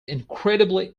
incredibly